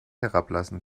herablassen